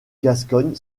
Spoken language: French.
gascogne